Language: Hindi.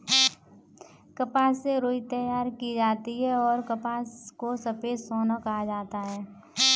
कपास से रुई तैयार की जाती हैंऔर कपास को सफेद सोना कहा जाता हैं